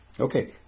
Okay